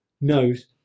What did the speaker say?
knows